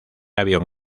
avión